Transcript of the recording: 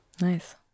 Nice